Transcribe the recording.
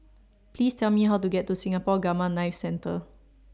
Please Tell Me How to get to Singapore Gamma Knife Centre